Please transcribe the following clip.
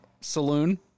Saloon